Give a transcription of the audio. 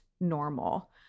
normal